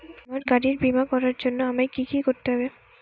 আমার গাড়ির বীমা করার জন্য আমায় কি কী করতে হবে?